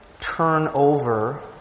turnover